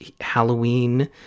Halloween